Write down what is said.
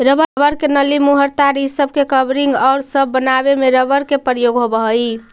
rubber के नली, मुहर, तार इ सब के कवरिंग औउर सब बनावे में रबर के प्रयोग होवऽ हई